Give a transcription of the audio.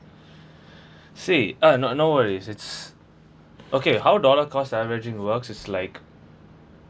say uh no no worries it's okay how dollar cost averaging works is like